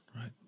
Right